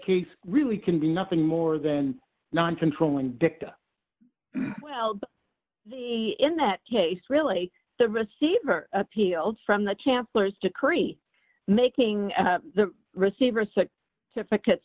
case really can be nothing more than non controlling dicta well the in that case really the receiver appealed from the chancellor's decree making the receiver sick t